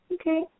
Okay